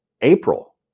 April